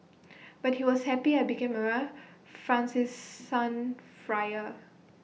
but he was happy I became A Francis son friar